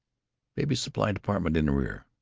babies' supply department in the rear.